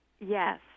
Yes